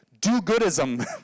do-goodism